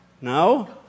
No